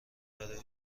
برای